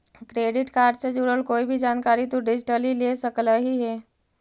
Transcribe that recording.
credit card से जुड़ल कोई भी जानकारी तु डिजिटली ले सकलहिं हे